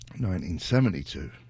1972